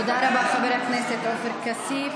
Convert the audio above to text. תודה רבה לחבר הכנסת עופר כסיף.